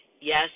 Yes